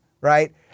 right